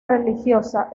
religiosa